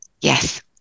yes